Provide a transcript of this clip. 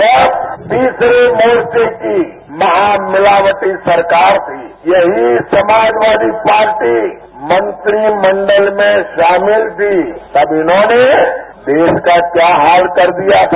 जब तीसरे मोर्चे की महामिलावटी सरकार यही समाजवादी पार्टी मंत्रिमंडल में शामिल थी तब इन्होंने देश का क्या हाल कर दिया था